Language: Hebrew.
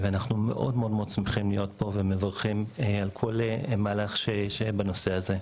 אנחנו מאוד מאוד שמחים להיות פה ומברכים על כל מהלך שייעשה בנושא הזה.